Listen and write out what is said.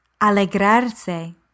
Alegrarse